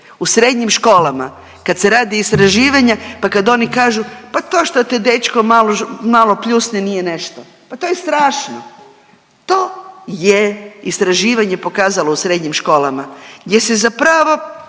u srednjim školama, kad se radi istraživanje pa kad oni kažu pa to što te dečko malo pljusne nije nešto. Pa to je strašno! To je istraživanje pokazalo u srednjim školama, gdje se zapravo